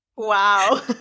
Wow